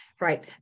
Right